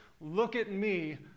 look-at-me